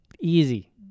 Easy